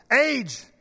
age